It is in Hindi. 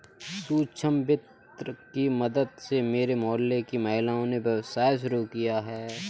सूक्ष्म वित्त की मदद से मेरे मोहल्ले की महिलाओं ने व्यवसाय शुरू किया है